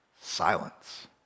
Silence